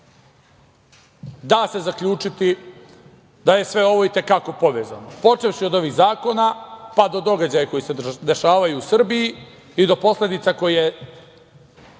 da se zaključiti da je sve ovo i te kako povezano, počevši od ovih zakona, pa do događaja koji se dešavaju u Srbiji i do posledica koje